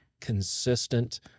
consistent